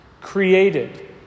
created